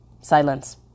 Silence